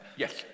Yes